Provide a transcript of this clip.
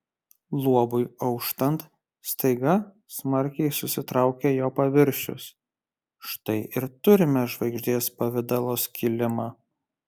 luobui auštant staiga smarkiai susitraukė jo paviršius štai ir turime žvaigždės pavidalo skilimą